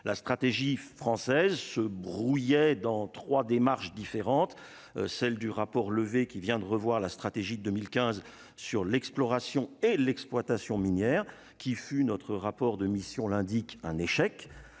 la stratégie française Brouillet dans 3 démarche différente, celle du rapport Lever, qui vient de revoir la stratégie 2015 sur l'exploration et l'exploitation minière qui fut notre rapport de mission l'indique un échec